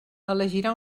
elegirà